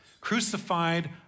crucified